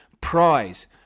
prize